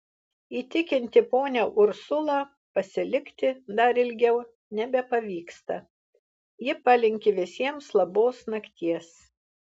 įtikinti ponią ursulą pasilikti dar ilgiau nebepavyksta ji palinki visiems labos nakties